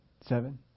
seven